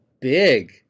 big